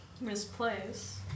Misplace